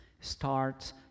starts